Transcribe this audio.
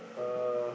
uh